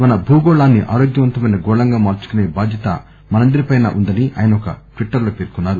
మన భూగోళాన్ని ఆరోగ్యవంతమైన గోళంగా మార్పుకునే బాధ్యత మనందరిపై ఉందని ఆయన ఒక ట్వీట్ లో పర్కొన్నారు